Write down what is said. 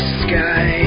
sky